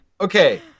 Okay